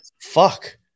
fuck